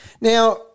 Now